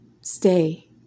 stay